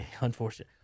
unfortunate